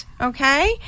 Okay